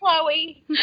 Chloe